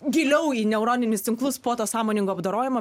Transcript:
giliau į neuroninius tinklus po to sąmoningo apdorojimo